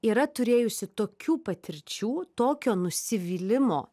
yra turėjusi tokių patirčių tokio nusivylimo